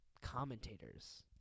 commentators